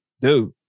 dude